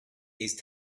these